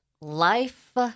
life